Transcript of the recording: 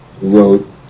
wrote